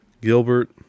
Gilbert